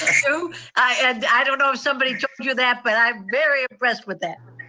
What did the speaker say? so i and i don't know if somebody told you that, but i'm very impressed with that.